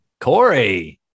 Corey